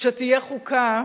כשתהיה חוקה,